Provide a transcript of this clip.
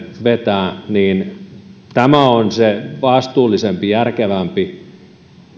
vetää tämä on se vastuullisempi järkevämpi